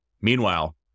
Meanwhile